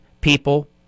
people